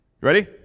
Ready